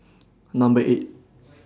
Number eight